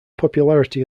popularity